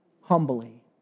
Humbly